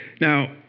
Now